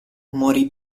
morì